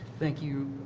thank you,